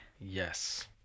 Yes